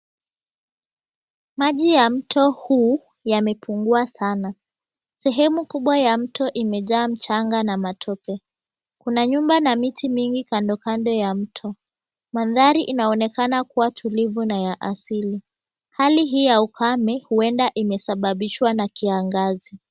Maji ya mto huu yamepungua sana. Sehemu kubwa ya mto imejaa mchanga na matope. Kuna nyumba na miti mingi kando kando ya mto. Mandhari inaonekana kuwa tulivu na ya asili. Hali hii ya ukame huenda imesababishwa na kiangazi.